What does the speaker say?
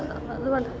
അത് അല്ല